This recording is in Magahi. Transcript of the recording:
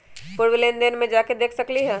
पूर्व लेन देन में जाके देखसकली ह?